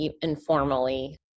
informally